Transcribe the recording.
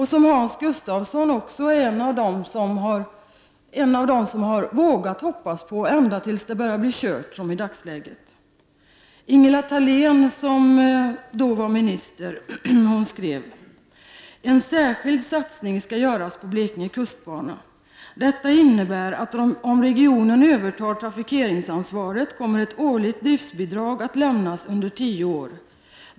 Hans Gustafsson är en av dem som har vågat hoppas ända fram till nu då det så att säga börjar vara kört. Ingela Thalén, som var arbetsmarknadsminister vid den aktuella tidpunkten, skriver i propositionen: ”Regeringen har vidare ansett att en särskild satsning skall göras på Blekinge kustbana. Detta innebär att om regionen övertar trafikeringsansvaret kommer ett årligt driftbidrag att lämnas under tio år.